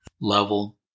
level